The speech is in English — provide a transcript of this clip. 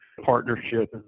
partnership